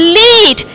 lead